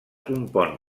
compon